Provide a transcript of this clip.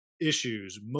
issues